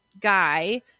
guy